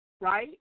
right